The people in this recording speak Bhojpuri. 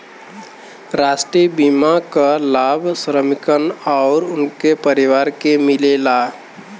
राष्ट्रीय बीमा क लाभ श्रमिकन आउर उनके परिवार के मिलेला